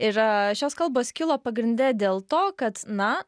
ir šios kalbos kilo pagrinde dėl to kad na